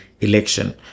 election